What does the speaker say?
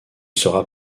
sera